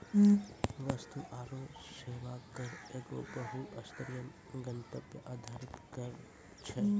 वस्तु आरु सेवा कर एगो बहु स्तरीय, गंतव्य आधारित कर छै